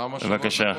למה שלוש דקות?